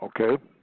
Okay